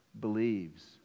believes